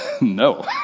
No